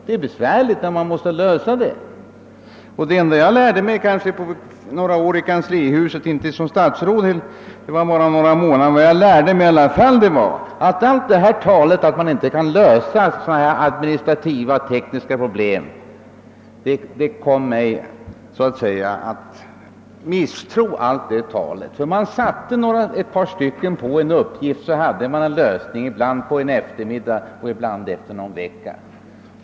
Det är besvärligt, men man måste lösa dem. Jag lärde mig under mina år i kanslihuset — låt vara inte som statsråd, ty det var jag bara några månader — att misstro allt detta tal om att man inte kan lösa sådana här administrativa-tekniska problem. Om man satte ett par medarbetare på en uppgift hade man en lösning, ibland på en eftermiddag, ibland efter någon vecka.